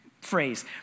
phrase